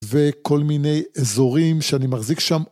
וכל מיני אזורים שאני מחזיק שם.